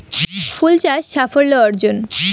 ফুল চাষ সাফল্য অর্জন?